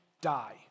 die